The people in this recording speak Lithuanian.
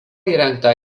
įrengta